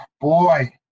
Boy